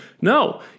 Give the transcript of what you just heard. No